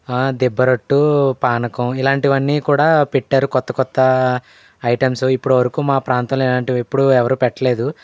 దిబ్బరొట్టు పానకం ఇలాంటివన్నీ కూడా పెట్టారు కొత్త కొత్త ఐటమ్సు ఇప్పుడు వరకు మా ప్రాంతంలో ఇలాంటివెప్పుడూ ఎవరు పెట్టలేదు